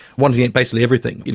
wanting basically everything,